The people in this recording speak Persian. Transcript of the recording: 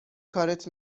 کارت